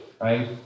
right